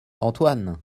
antoine